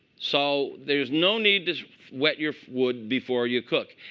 so there's no need to wet your wood before you cook.